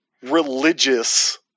religious